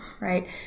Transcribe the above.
right